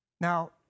Now